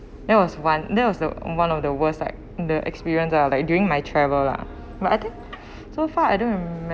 that was one that was the one of the worst like the experience lah like during my travel lah but I think so far I don't